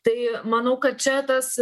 tai manau kad čia tas